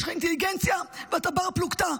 יש לך אינטליגנציה ואתה בר-פלוגתא.